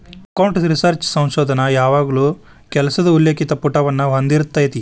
account research ಸಂಶೋಧನ ಯಾವಾಗಲೂ ಕೆಲಸದ ಉಲ್ಲೇಖಿತ ಪುಟವನ್ನ ಹೊಂದಿರತೆತಿ